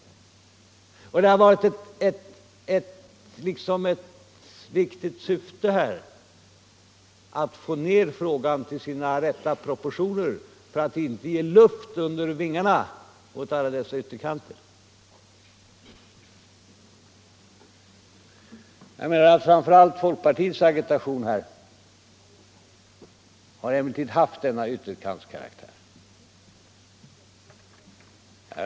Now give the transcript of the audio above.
Det har här varit ett viktigt syfte att få ned frågan till dess rätta proportioner, för att inte ge luft under vingarna för grupperna på dessa ytterkanter. Framför allt folkpartiets agitation här har emellertid haft denna ytterkantskaraktär.